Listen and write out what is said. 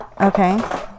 Okay